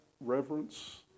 reverence